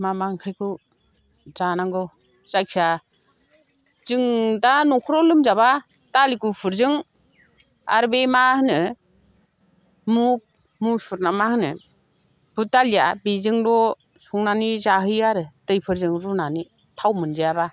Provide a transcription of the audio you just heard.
मा मा ओंख्रिखौ जानांगौ जायखिया जों दा न'खराव लोमजाब्ला दालि गुफुरजों आरो बे मा होनो मुग मुसुरना माहोनो बुद दालिया बेजोंल' संनानै जाहोयो आरो दैफोरजों रुनानै थाव मोनजायाब्ला